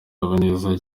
habineza